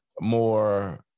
more